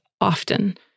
often